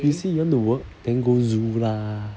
you say you want to work then go zoo lah